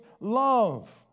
love